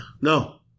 no